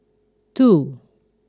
two